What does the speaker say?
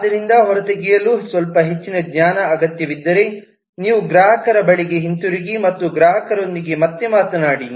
ಆದ್ದರಿಂದ ಹೊರತೆಗೆಯಲು ಸ್ವಲ್ಪ ಹೆಚ್ಚಿನ ಜ್ಞಾನ ಅಗತ್ಯವಿದ್ದರೆ ನೀವು ಗ್ರಾಹಕರ ಬಳಿಗೆ ಹಿಂತಿರುಗಿ ಮತ್ತು ಗ್ರಾಹಕರೊಂದಿಗೆ ಮತ್ತೆ ಮಾತನಾಡಿ